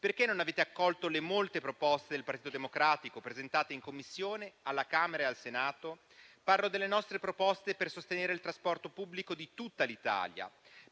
perché non avete accolto le molte proposte del Partito Democratico presentate in Commissione alla Camera e al Senato? Parlo delle nostre proposte per sostenere il trasporto pubblico di tutta l'Italia